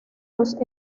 los